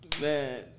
man